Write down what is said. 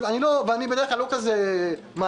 אני בדרך כלל לא כזה מאיים.